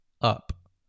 up